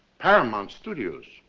paramount studios!